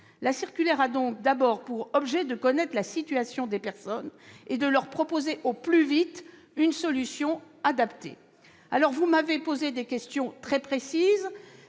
L'objectif est donc d'abord de connaître la situation des personnes afin de leur proposer au plus vite une solution adaptée. Vous m'avez posé des questions très précises,